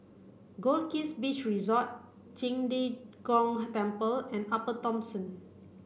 Goldkist Beach Resort Qing De Gong Temple and Upper Thomson